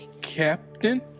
captain